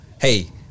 Hey